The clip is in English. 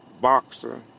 boxer